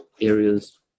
areas